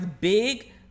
big